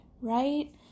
right